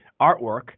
artwork